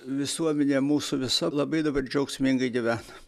visuomenė mūsų visa labai dabar džiaugsmingai gyvena